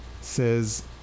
says